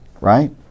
right